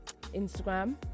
Instagram